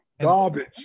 garbage